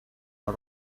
con